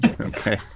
Okay